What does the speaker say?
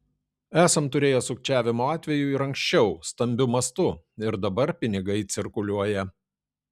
esam turėję sukčiavimo atvejų ir anksčiau stambiu mastu ir dabar pinigai cirkuliuoja